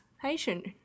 patient